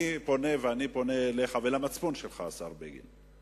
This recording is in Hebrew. אני פונה אליך ואל המצפון שלך, השר בגין,